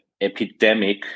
epidemic